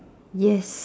yes